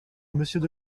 monsieur